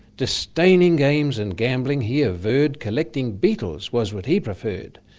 disdaining games and gambling, he averred collecting beetles was what he preferred.